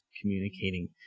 communicating